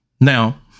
Now